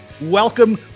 welcome